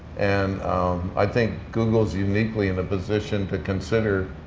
and i think google is uniquely in a position to consider,